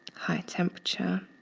high temperature,